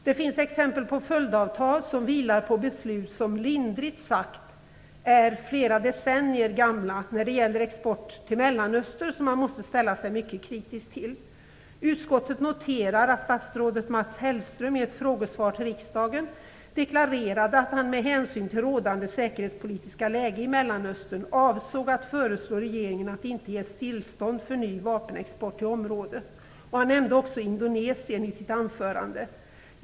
Det finns exempel på följdavtal som vilar på beslut som lindrigt sagt är flera decennier gamla, t.ex. när det gäller export till Mellanöstern, som man måste ställa sig mycket kritisk till. Utskottet noterar att statsrådet Mats Hellström i ett frågesvar i riksdagen deklarerade att han med hänsyn till rådande säkerhetspolitiska läge i Mellanöstern avsåg att föreslå regeringen att inte ge tillstånd för ny vapenexport till området. Han nämnde också Indonesien i sitt anförande.